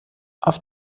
auf